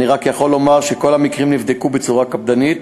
אני רק יכול לומר שכל המקרים נבדקו בצורה קפדנית